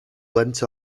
went